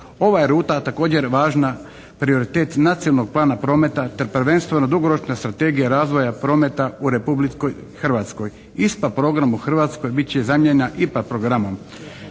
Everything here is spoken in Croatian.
Ova je ruta također važna prioritet nacionalnog plana prometa te prvenstveno dugoročna strategija razvoja prometa u Republici Hrvatskoj. ISPA program u Hrvatskoj bit će zamijenjena IPA programom.